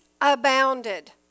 abounded